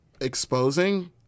exposing